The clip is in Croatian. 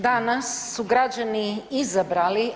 Da, nas su građani izabrali.